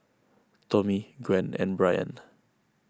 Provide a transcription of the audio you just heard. Tommie Gwen and Brianne